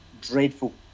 Dreadful